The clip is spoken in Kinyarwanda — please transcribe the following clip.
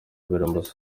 mbere